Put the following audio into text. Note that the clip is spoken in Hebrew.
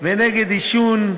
ונגד עישון,